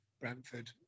Brentford